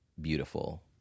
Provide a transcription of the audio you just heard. beautiful